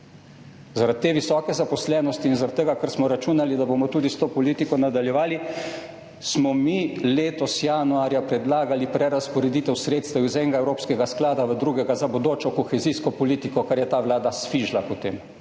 danes. Zaradi te visoke zaposlenosti in zaradi tega ker smo računali, da bomo tudi s to politiko nadaljevali, smo mi letos januarja predlagali prerazporeditev sredstev iz enega evropskega sklada v drugega za bodočo kohezijsko politiko. Kar je ta vlada potem